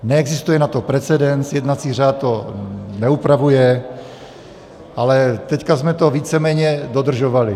Neexistuje na to precedens, jednací řád to neupravuje, ale teď jsme to víceméně dodržovali.